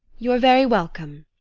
you're very welcome.